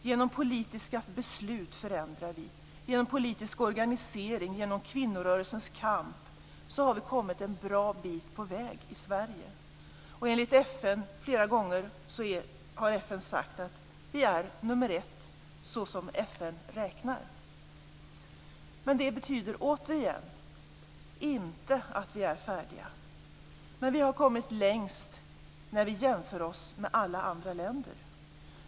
Genom politiska beslut förändrar vi. Genom politisk organisering och genom kvinnorörelsens kamp har vi kommit en bra bit på väg i Sverige. FN har flera gånger sagt att vi är nummer ett, så som FN räknar. Det betyder, återigen, inte att vi är färdiga. Men vi har kommit längst när vi jämför oss med alla andra länder.